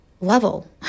level